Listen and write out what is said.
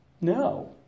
No